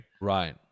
right